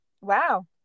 Wow